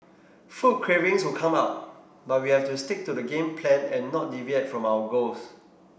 food cravings would come up but we have to stick to the game plan and not deviate from our goals